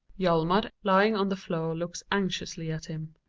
hjalmar lying on the floor looks anxiously at him.